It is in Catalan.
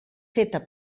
feta